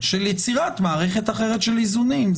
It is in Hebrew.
של יצירת מערכת אחרת של איזונים.